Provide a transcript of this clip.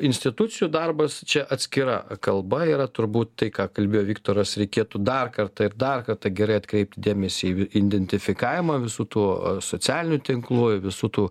institucijų darbas čia atskira kalba yra turbūt tai ką kalbėjo viktoras reikėtų dar kartą ir dar kartą gerai atkreipti dėmesį į identifikavimą visų tų socialinių tinklų i visų tų